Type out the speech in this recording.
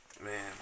Man